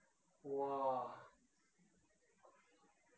!wah!